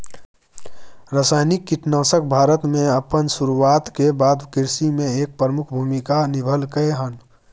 रासायनिक कीटनाशक भारत में अपन शुरुआत के बाद से कृषि में एक प्रमुख भूमिका निभलकय हन